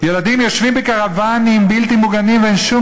ילדים יושבים בקרוונים בלתי מוגנים ואין שום